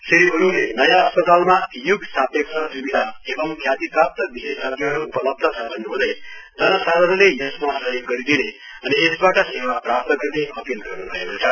श्री गुरूङले नयाँ अस्पतालमा युगसापेक्ष सुविधा एवं ख्यातिप्राप्त विशेषज्ञहरू उपलब्ध छ भन्न् हुँदै जनसाधारणले यसमा सहयोग गरिदिन अनि यसबाट सेवा प्राप्त गर्ने अपील गर्नु भएको छ